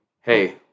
hey